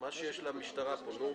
מה שיש למשטרה כאן.